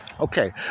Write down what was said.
Okay